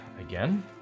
again